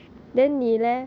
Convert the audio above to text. then 你 leh